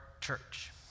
church